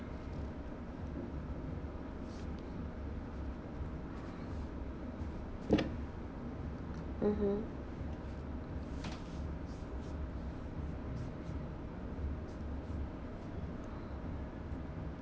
mmhmm